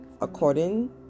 according